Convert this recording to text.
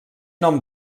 nom